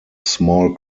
small